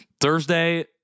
Thursday